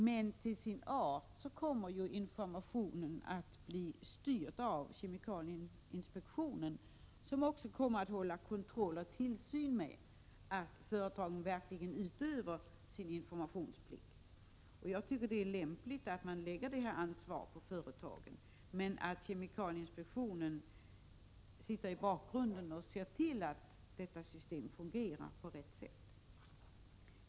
Men till sin art kommer informationen att bli styrd av kemikalieinspektionen, som genom kontroll och tillsyn också kommer att se till att företagen verkligen utövar sin informationsplikt. Jag tycker det är lämpligt att man lägger detta ansvar på företagen men att kemikalieinspektionen finns i bakgrunden och ser till att detta system fungerar på rätt sätt.